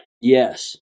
Yes